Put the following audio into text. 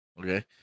Okay